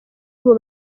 abo